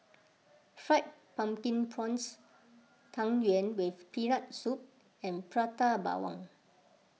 Fried Pumpkin Prawns Tang Yuen with Peanut Soup and Prata Bawang